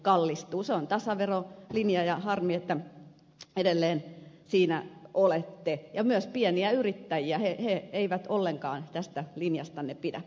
se on tasaverolinja ja harmi että edelleen siinä olette ja myöskään pienyrittäjät eivät ollenkaan tästä linjastanne pidä